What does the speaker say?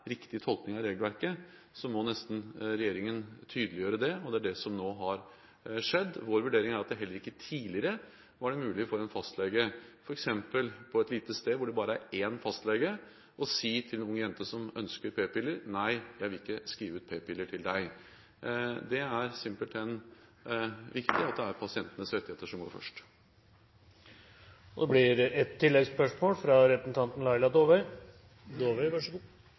riktig tolkning av regelverket, må nesten regjeringen tydeliggjøre det, og det er det som nå har skjedd. Vår vurdering er at det heller ikke tidligere var mulig for en fastlege, f.eks. på et lite sted hvor det bare er én fastlege, å si til en ung jente som ønsker p-piller: Nei, jeg vil ikke skrive ut p-piller til deg. Det er simpelthen viktig at det er pasientenes rettigheter som kommer først. Det blir ett oppfølgingsspørsmål – fra representanten Laila